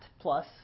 plus